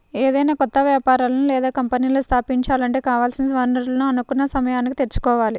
ఏదైనా కొత్త వ్యాపారాలను లేదా కంపెనీలను స్థాపించాలంటే కావాల్సిన వనరులను అనుకున్న సమయానికి తెచ్చుకోవాలి